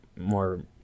More